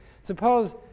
Suppose